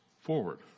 forward